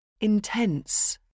intense